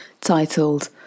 titled